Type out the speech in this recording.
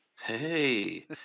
hey